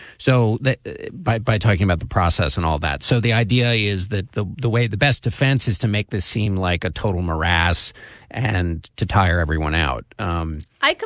so that by by talking about the process and all that. so the idea is that the the way the best defense is to make this seem like a total morass and to tire everyone out, um i.